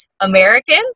American